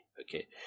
Okay